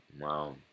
wow